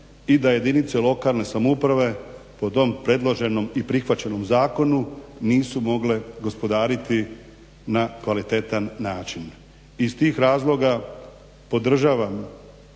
i da jedinice lokalne samouprave po tom predloženom i prihvaćenom zakonu nisu mogle gospodariti na kvalitetan način. Iz tih razloga podržavam